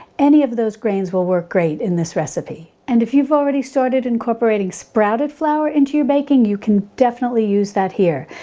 any of those grains will work great in this recipe and if you've already started incorporating sprouted flour into your baking you can definitely use that here.